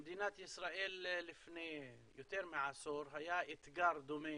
במדינת ישראל לפני יותר מעשור היה אתגר דומה